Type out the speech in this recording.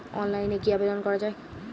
অনলাইনে কি আবেদন করা য়ায়?